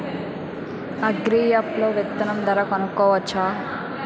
Agri app లో విత్తనం ధర కనుకోవచ్చా?